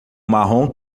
marrom